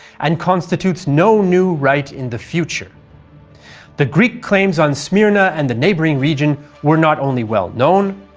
and constitutes no new right in the future the greek claims on smyrna and the neighbouring region were not only well known,